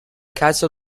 castle